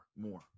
more